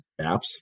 apps